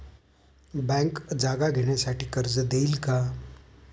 Bank जागा घेण्यासाठी कर्ज देईल का?